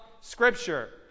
Scripture